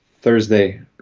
Thursday